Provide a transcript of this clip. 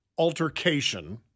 Altercation